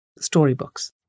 storybooks